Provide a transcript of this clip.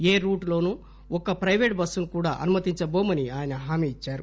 ఏ route లోను ఒక్క private బస్సును కూడా అనుమతించబోమని ఆయన హామీ ఇచ్చారు